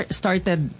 started